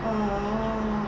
orh